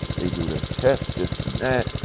they do their tests, this and that,